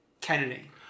Kennedy